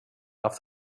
off